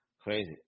Crazy